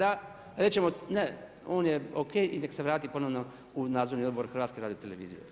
da rečemo, ne, on je ok i nek' se vrati ponovno u nadzorni odbor HRT-a.